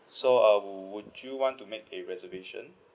so uh wo~ would you want to make a reservation